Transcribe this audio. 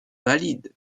valides